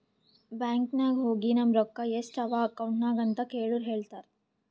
bank ನಾಗ್ ಹೋಗಿ ನಮ್ ರೊಕ್ಕಾ ಎಸ್ಟ್ ಅವಾ ಅಕೌಂಟ್ನಾಗ್ ಅಂತ್ ಕೇಳುರ್ ಹೇಳ್ತಾರ್